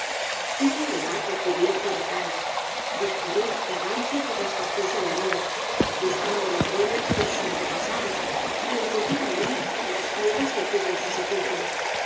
al bardo cubierto de canas discurrir errante por la espaciosa llanura buscando las huellas de sus aütépasados y encontrar allí las piedras que cubren sü sepulcro